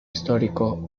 histórico